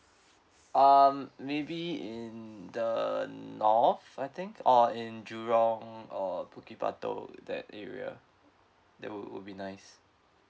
um maybe in the north I think or in jurong or bukit batok that area that w~ would be nice